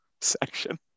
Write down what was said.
section